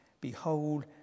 Behold